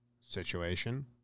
Situation